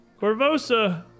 Corvosa